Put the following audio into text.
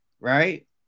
right